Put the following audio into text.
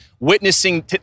witnessing